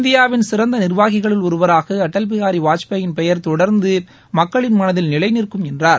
இந்தியாவின் சிறந்த நிர்வாகிகளுள் ஒருவராக அடல் பிஹாரி வாஜ்பேயின் பெயர் தொடர்ந்து மக்களின் மனதில் நிலை நிற்கும் என்றார்